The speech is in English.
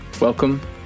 Welcome